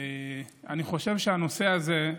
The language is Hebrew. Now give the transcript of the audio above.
אני חושב שהנושא הזה,